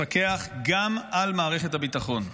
לפקח גם על מערכת הביטחון.